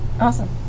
Awesome